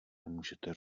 nemůžete